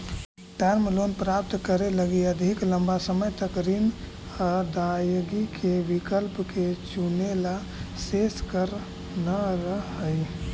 term loan प्राप्त करे लगी अधिक लंबा समय तक ऋण अदायगी के विकल्प के चुनेला शेष कर न रहऽ हई